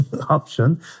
option